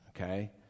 Okay